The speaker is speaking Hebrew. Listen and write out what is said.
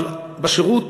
אבל בשירות